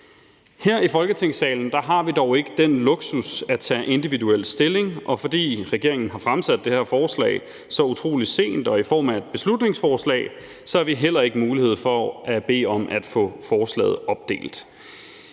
Her i Folketingssalen har vi dog ikke den luksus at tage individuelt stilling, og fordi regeringen har fremsat det her forslag så utrolig sent og i form af et beslutningsforslag, har vi heller ikke mulighed for at bede om at få forslaget opdelt.